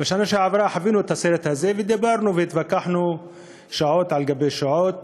בשנה שעברה חווינו את הסרט הזה ודיברנו והתווכחנו שעות על גבי שעות